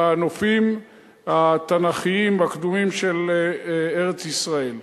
בנופים התנ"כיים הקדומים של ארץ-ישראל.